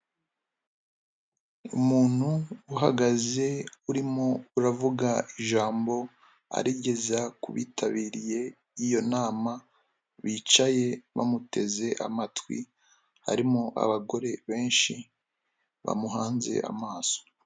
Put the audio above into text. Umuntu uhagaze, urimo uravuga ijambo, arigeza ku bitabiriye iyo nama, bicaye bamuteze amatwi, harimo abagore benshi bamuhanze amaso.